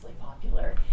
popular